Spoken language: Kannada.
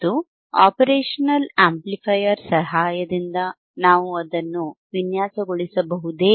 ಮತ್ತು ಆಪರೇಷನಲ್ ಆಂಪ್ಲಿಫೈಯರ್ ಸಹಾಯದಿಂದ ನಾವು ಅದನ್ನು ವಿನ್ಯಾಸಗೊಳಿಸಬಹುದೇ